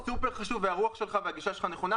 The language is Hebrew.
זה סופר חשוב והרוח שלך והגישה שלך נכונה.